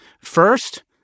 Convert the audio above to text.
First